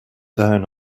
down